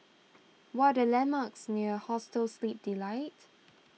what are the landmarks near Hostel Sleep Delight